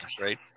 right